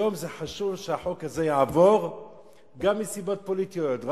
היום זה חשוב שהחוק הזה יעבור גם מסיבות פוליטיות,